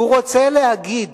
הוא רוצה להגיד